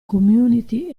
community